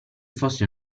fosse